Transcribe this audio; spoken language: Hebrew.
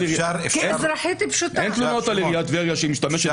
אין תלונות על עיריית טבריה שהיא משתמשת